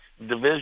division